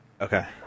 Okay